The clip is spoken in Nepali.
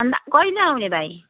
अन्त कहिले आउने भाइ